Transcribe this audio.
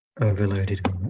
overloaded